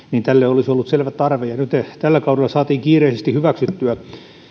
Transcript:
tälle olisi ollut selvä tarve ja nyt tällä kaudella saatiin kiireisesti hyväksyttyä